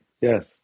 Yes